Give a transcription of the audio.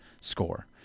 score